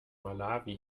malawi